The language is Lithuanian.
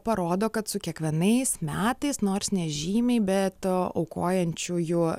parodo kad su kiekvienais metais nors nežymiai bet aukojančiųjų